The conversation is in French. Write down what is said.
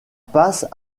passe